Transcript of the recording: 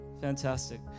Fantastic